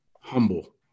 humble